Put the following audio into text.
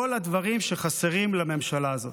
כל הדברים שחסרים לממשלה הזאת.